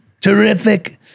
Terrific